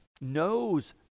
knows